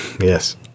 yes